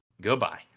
Goodbye